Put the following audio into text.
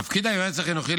תפקיד היועץ החינוכי,